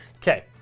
Okay